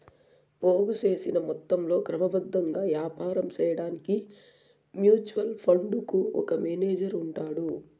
పోగు సేసిన మొత్తంలో క్రమబద్ధంగా యాపారం సేయడాన్కి మ్యూచువల్ ఫండుకు ఒక మేనేజరు ఉంటాడు